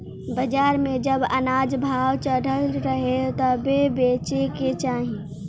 बाजार में जब अनाज भाव चढ़ल रहे तबे बेचे के चाही